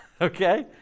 Okay